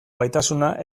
gaitasuna